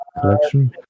collection